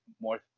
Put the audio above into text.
more